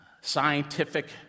scientific